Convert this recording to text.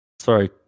Sorry